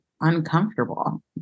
uncomfortable